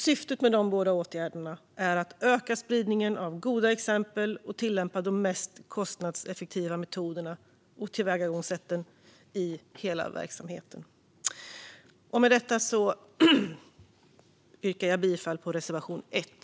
Syftet med dessa båda åtgärder är att öka spridningen av goda exempel och tillämpa de mest kostnadseffektiva metoderna och tillvägagångssätten i hela verksamheten. Jag yrkar bifall till reservation 1.